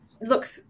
look